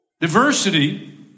diversity